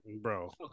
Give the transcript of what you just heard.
Bro